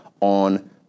on